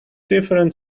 different